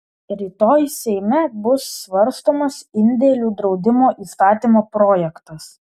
rytoj seime bus svarstomas indėlių draudimo įstatymo projektas